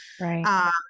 right